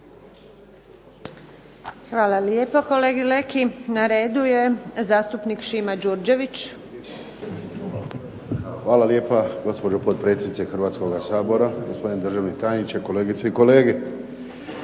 Hvala lijepo kolegi Leki. Na redu je zastupnik Šima Đurđević. **Đurđević, Šimo (HDZ)** Hvala lijepa gospođo potpredsjednice Hrvatskoga sabora, gospodine državni tajniče, kolegice i kolege.